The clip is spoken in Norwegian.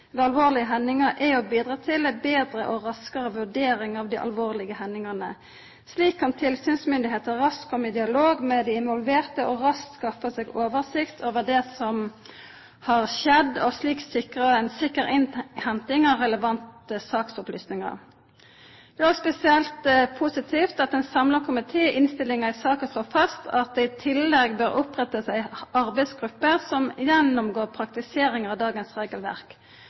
ved alvorlege hendingar er å bidra til ei betre og raskare vurdering av dei alvorlege hendingane. Slik kan tilsynsmyndigheita raskt komma i dialog med dei involverte og raskt skaffa seg oversikt over det som har skjedd, og slik sikra ei sikker innhenting av relevante saksopplysningar. Det er òg spesielt positivt at ein samla komité i innstillinga i saka slår fast at det i tillegg bør opprettast ei arbeidsgruppe som gjennomgår praktiseringa av dagens regelverk.